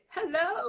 Hello